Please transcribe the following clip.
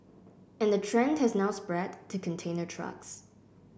and the trend has now spread to container trucks